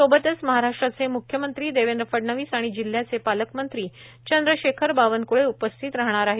सोबतच महाराष्ट्राचे मुख्यमंत्री देवेंद्र फडणवीस आणि जिल्हयाचे पालकमंत्री चंद्रशेखर बावनक्ळे उपस्थित राहणार आहेत